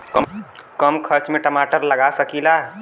कम खर्च में टमाटर लगा सकीला?